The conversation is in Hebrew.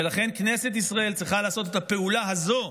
ולכן כנסת ישראל צריכה לעשות את הפעולה הזו,